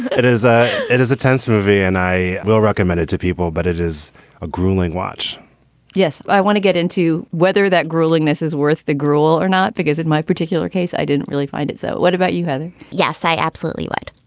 it is a it is a tense movie and i will recommend it to people, but it is a grueling watch yes. i want to get into whether that grueling this is worth the grewal or not, because in my particular case, i didn't really find it. so what about you? yes, i absolutely loved.